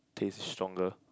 taste is stronger